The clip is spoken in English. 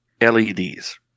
LEDs